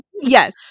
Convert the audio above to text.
Yes